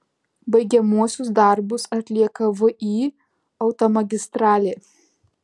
baigiamuosius darbus atlieka vį automagistralė